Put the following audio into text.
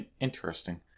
interesting